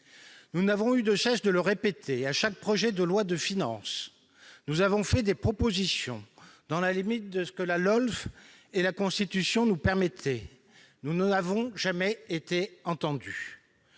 Nous n'avons eu de cesse de le répéter, à chaque projet de loi de finances. Nous avons fait des propositions, dans la limite de ce que la LOLF et la Constitution nous permettaient. Nous n'avons jamais été entendus